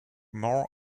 more